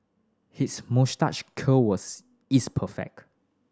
his moustache curl was is perfect